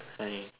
hi